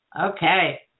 Okay